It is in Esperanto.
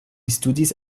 studis